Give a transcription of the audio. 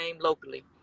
locally